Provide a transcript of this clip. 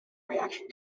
reaction